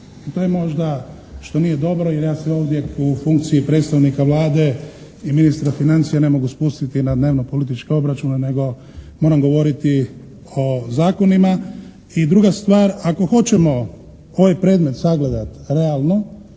To je možda što nije dobro, jer ja sam ovdje u funkciji predstavnika Vlade i ministara financija ne mogu spustiti na dnevnopolitičke obračune nego moram govoriti o zakonima. I druga stvar, ako hoćemo ovaj predmet sagledati realno,